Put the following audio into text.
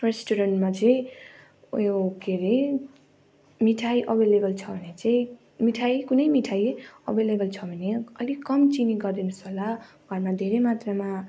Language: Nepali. रेस्टुरेन्टमा चाहिँ उयो के अरे मिठाई अभाइलेबल छ भने चाहिँ मिठाई कुनै मिठाई अभाइलेबल छ भने अलिक कम चिनी गरिदिनुहोस् होला घरमा धेरै मात्रामा